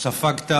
ספגת